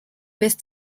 best